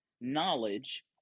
knowledge